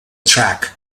track